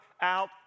out